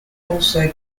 also